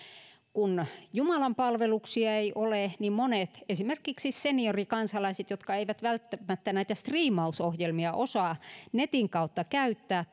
kun jumalanpalveluksia ei ole niin monet esimerkiksi seniorikansalaiset jotka eivät välttämättä näitä striimausohjelmia osaa netin kautta käyttää